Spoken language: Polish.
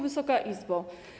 Wysoka Izbo!